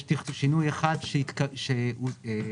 יש שינוי אחד שהוסף